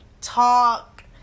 talk